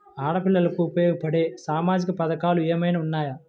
ఆడపిల్లలకు ఉపయోగపడే సామాజిక పథకాలు ఏమైనా ఉన్నాయా?